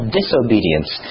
disobedience